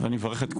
ואני מברך את כולם,